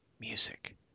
music